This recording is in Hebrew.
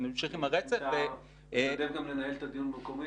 אמשיך עם הרצף -- אתה רוצה לנהל את הדיון במקומי?